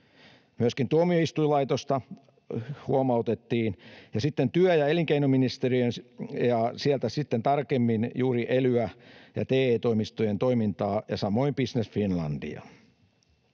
Myöskin tuomioistuinlaitosta huomautettiin, ja sitten työ- ja elinkeinoministeriötä, ja sieltä sitten tarkemmin juuri elyjen ja TE-toimistojen toimintaa ja samoin Business Finlandia.